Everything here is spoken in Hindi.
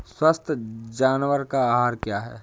स्वस्थ जानवर का आहार क्या है?